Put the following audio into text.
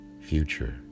future